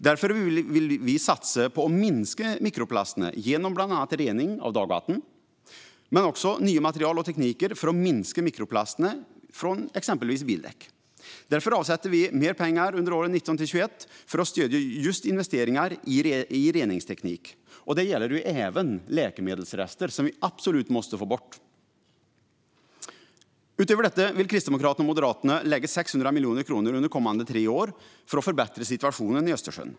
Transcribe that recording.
Därför vill vi satsa på att minska mikroplasterna genom bland annat rening av dagvatten, men också genom nya material och tekniker för att minska mikroplasterna från exempelvis bildäck. Därför avsätter vi mer pengar under åren 2019-2021 för att stödja just investeringar i reningsteknik. Det gäller även läkemedelsrester, som vi absolut måste få bort. Utöver detta vill Kristdemokraterna och Moderaterna lägga 600 miljoner kronor under de kommande tre åren för att förbättra situationen i Östersjön.